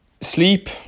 sleep